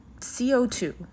co2